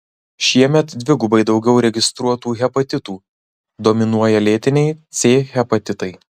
šiemet dvigubai daugiau registruotų hepatitų dominuoja lėtiniai c hepatitai